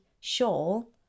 shawl